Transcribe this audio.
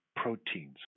proteins